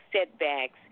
setbacks